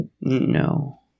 No